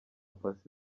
paccy